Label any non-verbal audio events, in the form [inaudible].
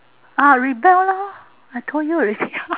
ah rebel lor I told you already [laughs]